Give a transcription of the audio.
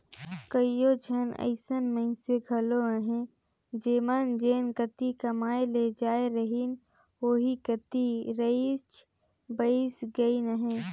कइयो झन अइसन मइनसे घलो अहें जेमन जेन कती कमाए ले जाए रहिन ओही कती रइच बइस गइन अहें